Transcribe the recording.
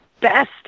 best